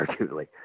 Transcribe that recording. arguably